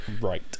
right